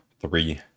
three